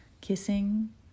kissing